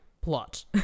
plot